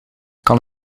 kan